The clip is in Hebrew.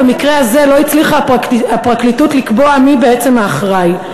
במקרה הזה לא הצליחה הפרקליטות לקבוע מי בעצם האחראי,